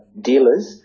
dealers